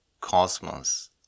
cosmos